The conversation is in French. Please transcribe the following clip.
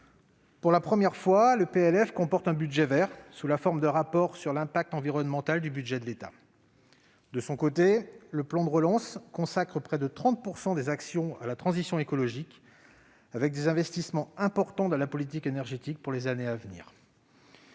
pour la première fois, le PLF comporte un budget vert, sous la forme d'un rapport sur l'impact environnemental du budget de l'État. De son côté, le plan de relance consacre près de 30 % des actions à la transition écologique, avec des investissements importants dans la politique énergétique pour les années à venir.